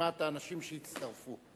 לרשימת האנשים שהצטרפו,